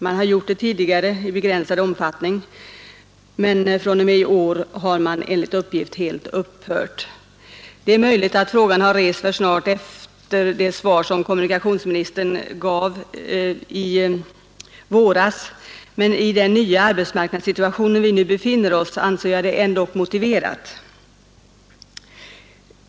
Man har gjort det tidigare i begränsad omfattning, men fr.o.m. i år har man, enligt uppgift, helt upphört. Det är möjligt att frågan har rests alltför snart efter det svar som kommunikationsministern gav i våras, men i den nya arbetsmarknadssituation vi nu befinner oss i anser jag det ändå motiverat.